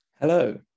Hello